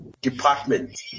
department